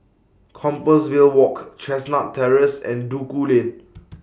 Compassvale Walk Chestnut Terrace and Duku Lane